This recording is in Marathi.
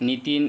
नितीन